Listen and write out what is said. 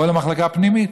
או למחלקה פנימית.